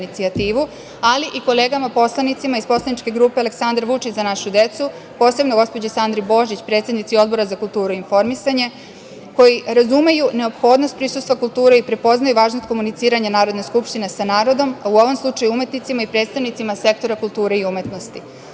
ali i kolegama poslanicima iz Poslaničke grupe Aleksandar Vučić – za našu decu, posebno gospođi Sandri Božić, predsednici Odbora za kulturu i informisanje, koji razumeju neophodnost prisustva kulture i prepoznaju važnost komuniciranja Narodne skupštine sa narodom, a u ovom slučaju umetnicima i predstavnicima sektora kulture i umetnosti. Unapred